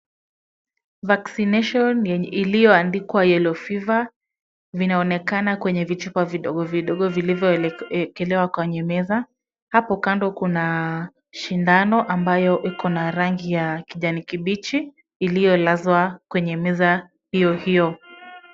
[ca]Vaccination iliyoandikwa yellow fever , vinaonekana kwenye vichupa vidogo vidogo vilivyoekelewa kwenye meza. Hapo kando kuna sindano ambayo iko na rangi ya kijani kibichi iliyolazwa kwenye meza hiyo hiyo.